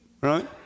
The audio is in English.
right